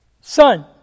Son